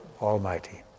Almighty